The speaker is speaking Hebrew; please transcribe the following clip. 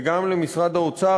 וגם למשרד האוצר,